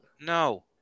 No